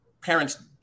parents